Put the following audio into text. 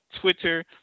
Twitter